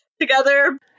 together